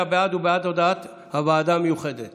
סוחר בשוק שנשאל "מן ווינכ" במבטא